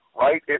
right